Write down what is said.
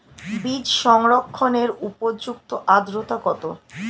বীজ সংরক্ষণের উপযুক্ত আদ্রতা কত?